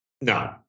No